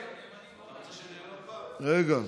רגע.